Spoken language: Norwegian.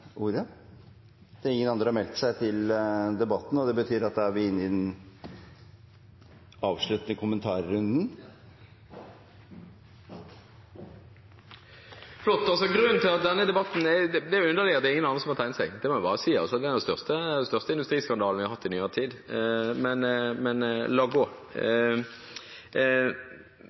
Ingen andre har meldt seg til debatten, og det betyr at vi da er inne i den avsluttende kommentarrunden. Grunnen til denne debatten – og det er underlig at ingen andre har tegnet seg, det må jeg bare si – er at det er den største industriskandalen vi har hatt i nyere tid. Men la gå.